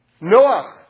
Noah